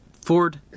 Ford